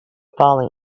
falling